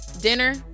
dinner